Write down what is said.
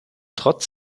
trotz